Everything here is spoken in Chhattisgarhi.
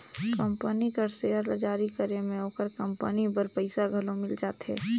कंपनी कर सेयर ल जारी करे में ओकर कंपनी बर पइसा घलो मिल जाथे